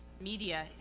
media